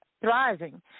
thriving